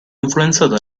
influenzata